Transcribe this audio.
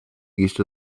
east